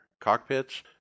cockpits